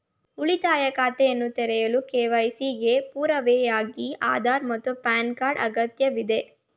ಉಳಿತಾಯ ಖಾತೆಯನ್ನು ತೆರೆಯಲು ಕೆ.ವೈ.ಸಿ ಗೆ ಪುರಾವೆಯಾಗಿ ಆಧಾರ್ ಮತ್ತು ಪ್ಯಾನ್ ಕಾರ್ಡ್ ಅಗತ್ಯವಿದೆ